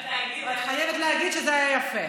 את חייבת להגיד שזה היה יפה.